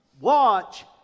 watch